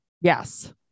Yes